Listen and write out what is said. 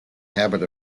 habit